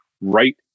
right